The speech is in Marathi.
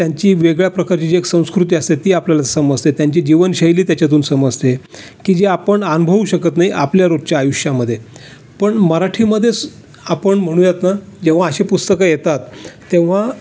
त्यांची वेगळ्या प्रकारची जी एक संस्कृती असते ती आपल्याला समजते त्यांची जीवनशैली त्याच्यातून समजते की जी आपण अनुभवू शकत नाही आपल्या रोजच्या आयुष्यामध्ये पण मराठीमधेच आपण म्हणूयात ना जेव्हा अशी पुस्तकं येतात तेव्हा